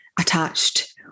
attached